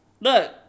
look